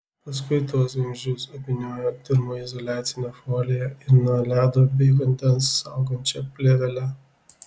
paskui tuos vamzdžius apvyniojo termoizoliacine folija ir nuo ledo bei vandens saugančia plėvele